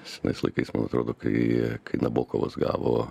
senais laikais man atrodo kai kai nabokovas gavo